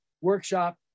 workshop